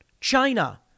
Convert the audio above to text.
China